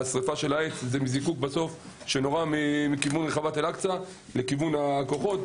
השריפה של העץ זה מזיקוק שנורה מכיוון רחבת אל-אקצא לכיוון הכוחות,